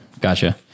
gotcha